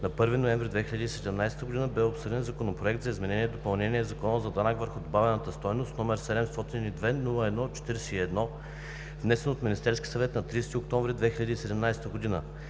на 1 ноември 2017 г., бе обсъден Законопроект за изменение и допълнение на Закона за данък върху добавената стойност, № 702-01-41, внесен от Министерския съвет на 30 октомври 2017 г.